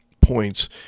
points